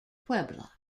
puebla